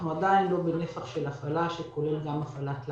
אנחנו עדיין לא בנפח הפעלה, שכולל גם הפעלת לילה.